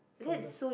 from the